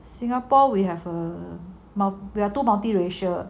singapore we have a we are too multiracial